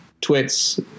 twits